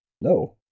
No